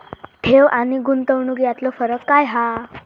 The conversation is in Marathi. ठेव आनी गुंतवणूक यातलो फरक काय हा?